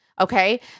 Okay